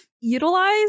utilize